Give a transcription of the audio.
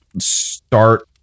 start